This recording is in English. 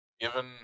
Given